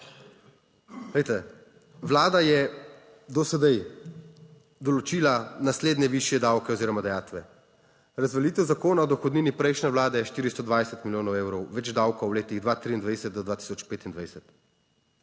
Vlada je do sedaj določila naslednje višje davke oziroma dajatve: razveljavitev Zakona o dohodnini prejšnje vlade 420 milijonov evrov, več davka v letih 2023 do 2025;